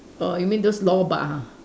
err you mean those lor-bak ah